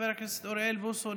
חבר הכנסת אוריאל בוסו,